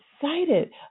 excited